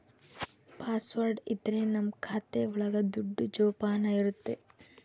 password ಇದ್ರೆ ನಮ್ ಖಾತೆ ಒಳಗ ದುಡ್ಡು ಜೋಪಾನ ಇರುತ್ತೆ